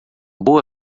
boa